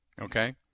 Okay